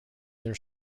their